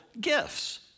gifts